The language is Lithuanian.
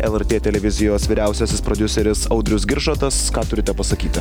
lrt televizijos vyriausiasis prodiuseris audrius giržadas ką turite pasakyti